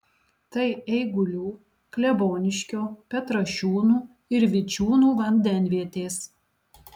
tai eigulių kleboniškio petrašiūnų ir vičiūnų vandenvietės